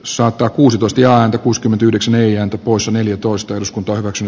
sulata kuusi tuskiaan kuuskymment yhdeksi neljä usa neljätoista eduskunta hyväksyi